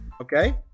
Okay